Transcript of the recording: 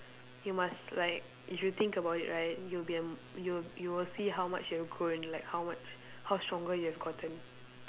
you must like if you think about it right you will be a m~ you you will see how much you have grown like how much how stronger you have gotten